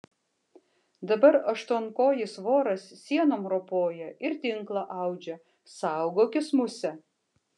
dabar aštuonkojis voras sienom ropoja ir tinklą audžia saugokis muse